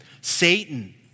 Satan